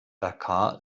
dakar